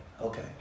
okay